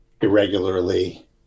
irregularly